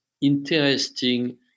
interesting